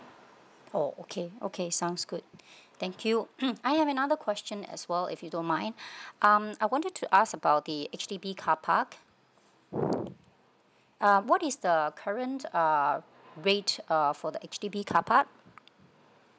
oh okay okay sounds good thank you I have another question as well if you don't mind um I wanted to ask about the H_D_ B carpark uh what is the current uh rate uh for the H_D_B carpark